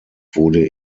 wurde